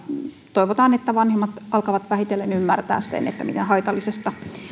toivotaan että vanhemmat alkavat vähitellen ymmärtää sen miten haitallisesta